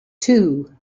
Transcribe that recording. two